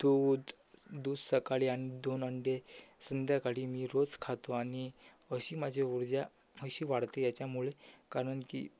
दूध दूध सकाळी आणि दोन अंडे संध्याकाळी मी रोज खातो आणि अशी माझी ऊर्जा अशी वाढते याच्यामुळे कारण की